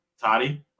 Toddy